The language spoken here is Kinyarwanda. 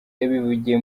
yabivugiye